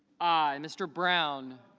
i. mr. brown